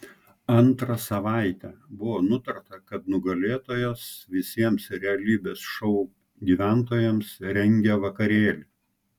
antrą savaitę buvo nutarta kad nugalėtojas visiems realybės šou gyventojams rengia vakarėlį